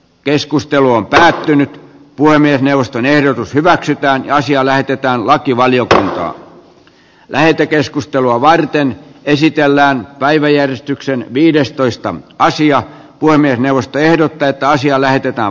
keskustelu on päättynyt puhemiesneuvoston ehdotus hyväksytään ja asia lähetetäänlaki vajota lähetekeskustelua varten esitellään päiväjärjestyksen viidestoista varsia puhemiesneuvosto ehdottaa että asia lähetetään